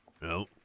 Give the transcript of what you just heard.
No